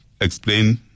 explain